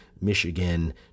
Michigan